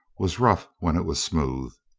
was rough when it was smooth.